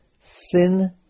Sin